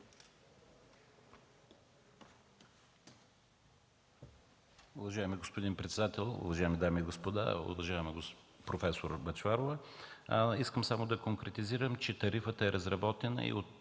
Уважаеми господин председател, уважаеми дами и господа! Уважаема проф. Бъчварова, искам само да конкретизирам, че тарифата е разработена и от